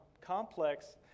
complex